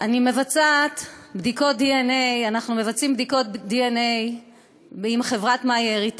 אנחנו מבצעים בדיקות דנ"א עם חברת MyHeritage,